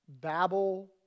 babble